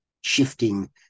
shifting